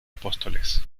apóstoles